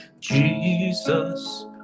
Jesus